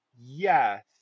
Yes